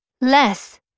less